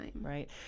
Right